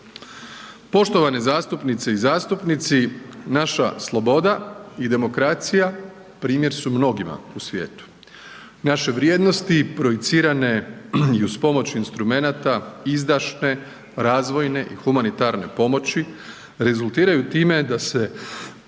Poštovane zastupnice i zastupnici, naša sloboda i demokracija primjer su mnogima u svijetu. Naše vrijednosti projicirane i uz pomoć instrumenata, izdašne, razvojne i humanitarne pomoći rezultiraju time da se